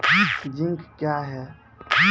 Zinc क्या हैं?